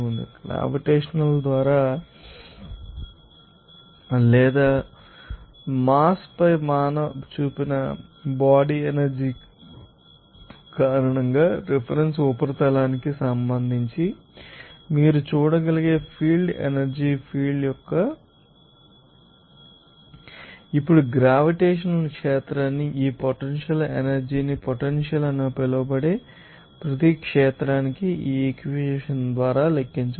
gravitation లేదా దాని ద్వారా మాస్ పై చూపిన శరీర ఎనర్జీ కారణంగా రిఫరెన్స్ ఉపరితలానికి సంబంధించి మీరు చూడగలిగే ఫీల్డ్ ఎనర్జీ ఫీల్డ్ మీకు తెలుసు ఇప్పుడు గ్రావిటేషన్ క్షేత్రానికి ఈ పొటెన్షియల్ ఎనర్జీ ని పొటెన్షియల్ అని పిలువబడే ప్రతి క్షేత్రానికి ఈ ఈక్వేషన్ ద్వారా లెక్కించవచ్చు